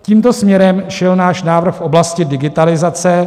Tímto směrem šel náš návrh v oblasti digitalizace.